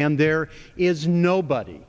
and there is nobody